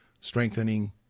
strengthening